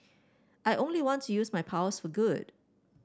I only want to use my powers for good